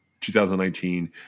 2019